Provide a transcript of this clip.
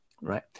right